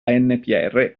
anpr